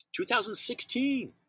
2016